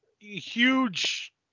huge